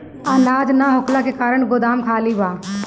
अनाज ना होखला के कारण गोदाम खाली बा